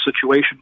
situation